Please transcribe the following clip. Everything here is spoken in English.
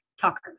Talkers